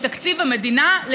מתקציב המדינה,